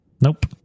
Nope